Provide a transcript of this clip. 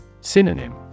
Synonym